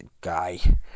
guy